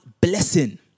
blessing